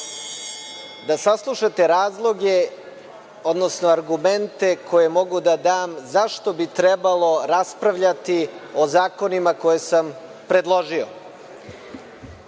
da saslušate razloge, odnosno argumente koje mogu da dam zašto bi trebalo raspravljati o zakonima koje sam predložio. Nema